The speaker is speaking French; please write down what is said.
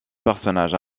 personnages